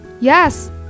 Yes